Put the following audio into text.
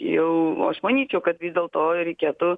jau aš manyčiau kad vis dėlto reikėtų